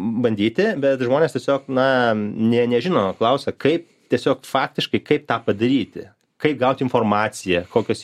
bandyti bet žmonės tiesiog na nė nežino klausia kaip tiesiog faktiškai kaip tą padaryti kaip gauti informaciją kokios